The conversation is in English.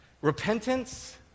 Repentance